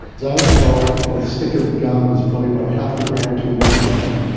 xylitol in a stick of gum is probably about half a gram to one gram,